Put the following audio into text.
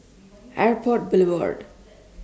Airport Boulevard